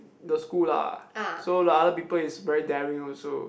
the school lah so the other people is very daring also